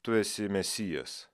tu esi mesijas